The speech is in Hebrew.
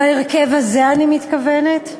בהרכב הזה, אני מתכוונת.